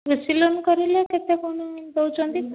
କୃଷି ଲୋନ୍ କରିଲେ କେତେ କ'ଣ ଦେଉଛନ୍ତି